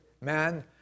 man